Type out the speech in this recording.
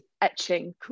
etching